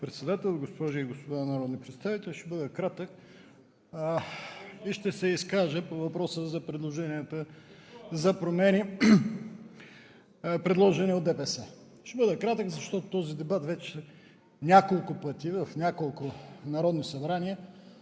Председател, госпожи и господа народни представители! Ще бъда кратък и ще се изкажа по въпроса за предложенията за промени, направени от ДПС. Ще бъда кратък, защото този дебат вече няколко пъти е воден в няколко народни събрания